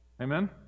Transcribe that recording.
amen